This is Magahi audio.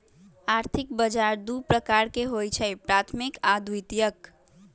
आर्थिक बजार दू प्रकार के होइ छइ प्राथमिक आऽ द्वितीयक